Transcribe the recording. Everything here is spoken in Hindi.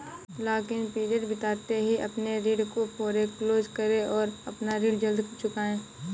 लॉक इन पीरियड बीतते ही अपने ऋण को फोरेक्लोज करे और अपना ऋण जल्द चुकाए